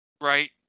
right